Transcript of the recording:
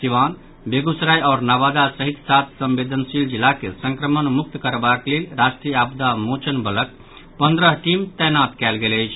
सीवान बेगूसराय आओर नवादा सहित सात संवेदनशील जिला के संक्रमण मुक्त करबाक लेल राष्ट्रीय आपदा मोचन बलक पन्द्रह टीम तैनात कयल गेल अछि